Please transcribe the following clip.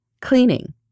cleaning